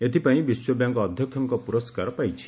ଏଥିପାଇଁ ବିଶ୍ୱ ବ୍ୟାଙ୍କ୍ ଅଧ୍ୟକ୍ଷଙ୍କ ପୁରସ୍କାର ପାଇଛି